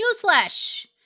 Newsflash